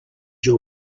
your